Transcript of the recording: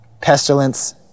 pestilence